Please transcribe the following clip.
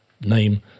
name